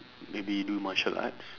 maybe do martial arts